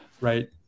right